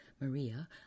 Maria